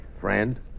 friend